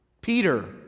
Peter